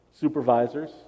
supervisors